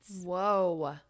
Whoa